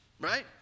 right